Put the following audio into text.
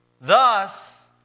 Thus